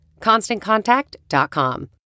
ConstantContact.com